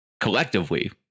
collectively